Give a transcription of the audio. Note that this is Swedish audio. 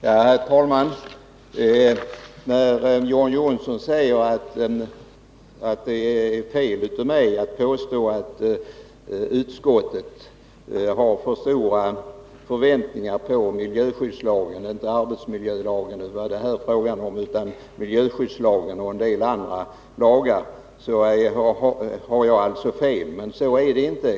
Herr talman! John Johnsson säger att jag har fel när jag påstår att utskottet har för stora förväntningar på miljöskyddslagen — inte arbetsmiljölagen; här är det fråga om miljöskyddslagen och en del andra lagar! Men så är det inte.